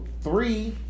three